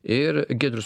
ir giedrius